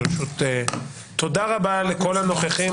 תודה רבה לכל הנוכחים.